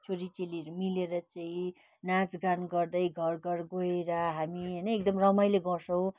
छोरी चेलीहरू मिलेर चाहिँ नाच गान गर्दै घर घर गएर हामी होइन एकदम रमाइलो गर्छौँ